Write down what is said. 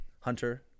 hunter